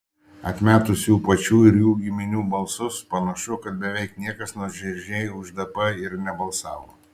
atmetus jų pačių ir jų giminių balsus panašu kad beveik niekas nuoširdžiai už dp ir nebalsavo